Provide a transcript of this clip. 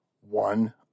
one